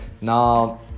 Now